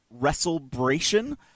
Wrestlebration